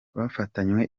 bafatanywe